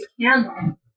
candle